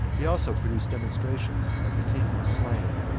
he also produced demonstrations that the king was slain,